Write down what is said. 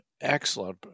excellent